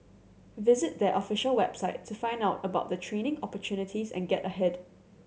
visit their official website to find out about the training opportunities and get ahead